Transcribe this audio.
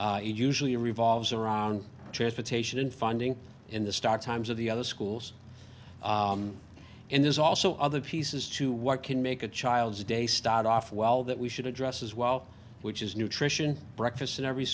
usually revolves around transportation funding in the star times of the other schools and there's also other pieces to what can make a child's day start off well that we should address as well which is nutrition breakfast in every